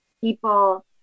people